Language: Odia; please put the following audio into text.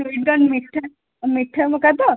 ସୁଇଟ୍ କର୍ଣ୍ଣ ମିଠା ଆଉ ମିଠା ମକା ତ